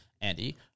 Andy